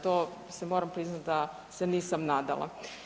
To se moram priznat da se nisam nadala.